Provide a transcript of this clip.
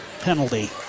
penalty